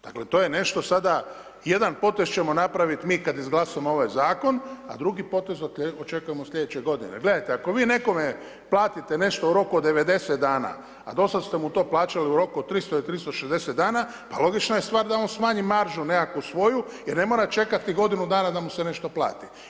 Dakle, to je nešto sad, a jedan potez ćemo napraviti, mi kada izglasamo ovaj zakon, a drugi potez očekujemo slj. g. Gledajte ako vi nekome platite nešto u roku od 90 dana, a do sada ste mu to plaćali u roku od 300 ili 360 dana, pa logična je stvar da on smanji maržu nekakvu svoju, jer ne mora čekati godinu dana, da mu se nešto plati.